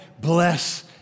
Bless